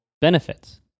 benefits